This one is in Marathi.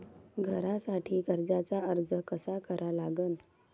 घरासाठी कर्जाचा अर्ज कसा करा लागन?